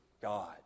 God